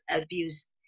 abuse